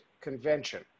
convention